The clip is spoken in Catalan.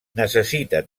necessita